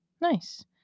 Nice